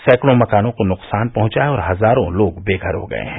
सैकड़ों मकानों को नुकसान पहुंचा है और हजारों लोग बेघर हो गये हैं